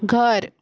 घर